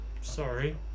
Sorry